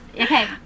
Okay